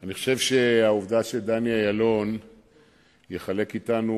אני חושב שהעובדה שדני אילון יחלוק אתנו